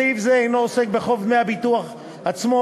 סעיף זה אינו עוסק בחוב דמי הביטוח עצמו,